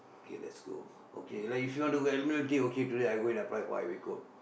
okay let's go okay like if you want to go Admiralty okay today I go and apply for highway code